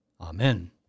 Amen